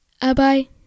Bye-bye